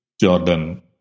Jordan